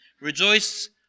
Rejoice